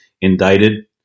indicted